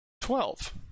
Twelve